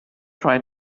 try